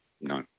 no